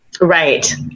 Right